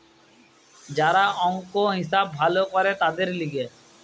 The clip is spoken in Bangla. যারা অংক, হিসাব ভালো করে তাদের লিগে